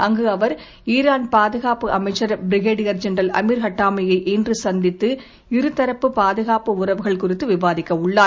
அங்கு அவர் ஈரான் பாதுகாப்பு அமைச்சர் பிரிகேடியர் ஜெனரல் அமிர் ஹட்டாமியை இன்று சந்தித்து இருதரப்பு பாதுகாப்பு உறவுகள் குறித்து விவாதிக்க உள்ளார்